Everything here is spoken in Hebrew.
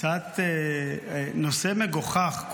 קצת נושא מגוחך.